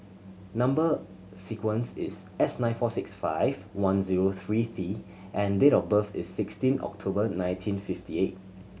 number sequence is S nine four six five one zero three T and date of birth is sixteen October nineteen fifty eight